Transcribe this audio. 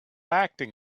acting